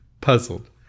Puzzled